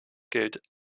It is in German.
gilt